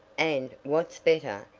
and, what's better,